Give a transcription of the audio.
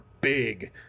big